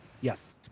yes